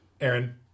Aaron